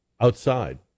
outside